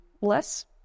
less